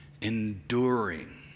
Enduring